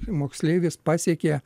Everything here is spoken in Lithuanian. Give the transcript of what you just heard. moksleivis pasiekė